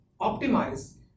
optimize